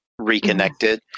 reconnected